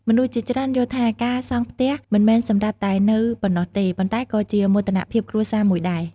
មនុស្សជាច្រើនយល់ថា ការសង់ផ្ទះមិនមែនសម្រាប់តែនៅប៉ុណ្ណោះទេ ប៉ុន្តែក៏ជាមោទនភាពគ្រួសារមួយដែរ។